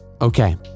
Okay